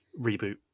reboot